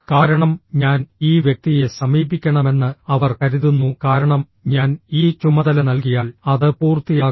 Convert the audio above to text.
കാരണം ഞാൻ ഈ വ്യക്തിയെ സമീപിക്കണമെന്ന് അവർ കരുതുന്നു കാരണം ഞാൻ ഈ ചുമതല നൽകിയാൽ അത് പൂർത്തിയാകും